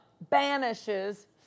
banishes